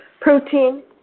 protein